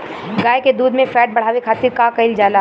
गाय के दूध में फैट बढ़ावे खातिर का कइल जाला?